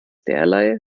derlei